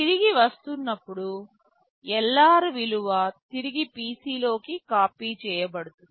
తిరిగి వస్తున్నప్పుడు LR విలువ తిరిగి PC లోకి కాపీ చేయబడుతుంది